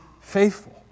faithful